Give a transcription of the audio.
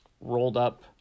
rolled-up